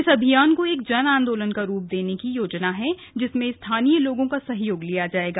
इस अभियान को एक जन आंदोलन का रूप देने की योजना है जिसमें स्थानीय लोगों का सहयोग लिया जाएगा